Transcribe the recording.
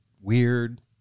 weird